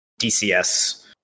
DCS